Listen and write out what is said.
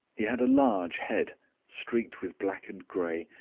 he had a large head streaked with black and grey,